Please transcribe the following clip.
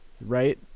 right